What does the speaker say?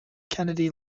kennedy